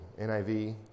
NIV